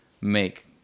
make